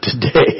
Today